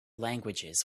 languages